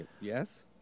Yes